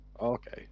Okay